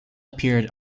appeared